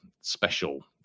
special